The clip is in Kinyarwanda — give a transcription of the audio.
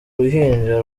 ruhinja